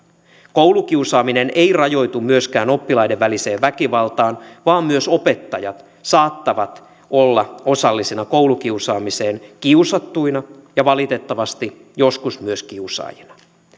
koulukiusaaminen ei rajoitu myöskään oppilaiden väliseen väkivaltaan vaan myös opettajat saattavat olla osallisina koulukiusaamiseen kiusattuina ja valitettavasti joskus myös kiusaajina